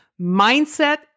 mindset